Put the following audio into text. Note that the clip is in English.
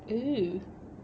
oo